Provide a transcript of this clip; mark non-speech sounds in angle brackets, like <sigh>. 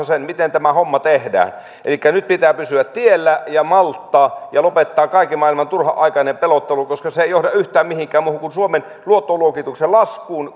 <unintelligible> sen miten tämä homma tehdään elikkä nyt pitää pysyä tiellä ja malttaa ja lopettaa kaiken maailman turhanaikainen pelottelu koska se ei johda yhtään mihinkään muuhun kuin suomen luottoluokituksen laskuun <unintelligible>